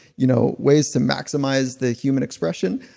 you know, ways to maximize the human expression.